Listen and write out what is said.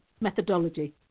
methodology